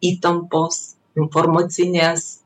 įtampos informacinės